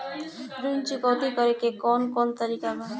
ऋण चुकौती करेके कौन कोन तरीका बा?